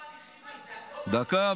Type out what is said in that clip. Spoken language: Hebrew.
דקה.